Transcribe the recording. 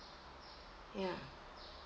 ya